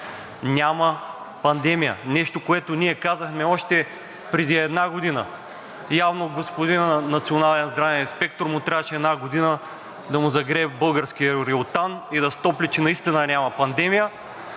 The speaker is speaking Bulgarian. няма пандемия. Нещо, което ние казахме още преди една година. Явно на господина национален здравен инспектор му трябваше една година да му загрее българският реотан и да стопли, че наистина няма пандемия.